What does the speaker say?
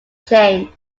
change